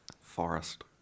Forest